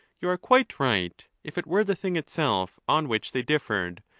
you are quite right if it were the thing itself on which they differed,